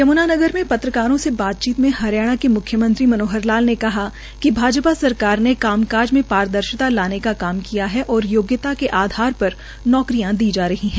यम्नागर में पत्रकारों से बातचीत में हरियाणा के म्ख्यमंत्री मनोहर लाल ने कहा कि भाजपा सरकार ने काम काज में पारदर्शिता लाने का काम किया है और योग्यता के आधार पर नौकरियां दी जा रही है